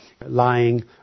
lying